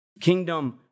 Kingdom